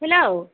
hello